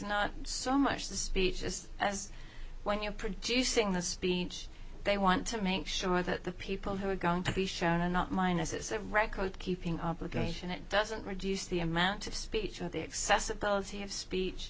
not so much the speech just as when you're producing the speech they want to make sure that the people who are going to the show not mine as it's a record keeping obligation it doesn't reduce the amount of speech or the accessibility of speech